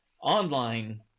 online